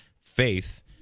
faith